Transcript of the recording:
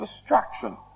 destruction